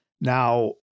now